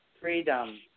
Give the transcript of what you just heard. freedom